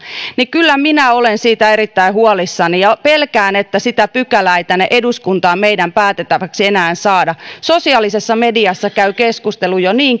niin kyllä minä olen siitä erittäin huolissani ja pelkään että sitä pykälää ei tänne eduskuntaan meidän päätettäväksemme enää saada sosiaalisessa mediassa käy keskustelu jo